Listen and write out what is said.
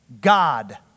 God